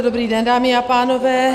Dobrý den, dámy a pánové.